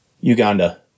Uganda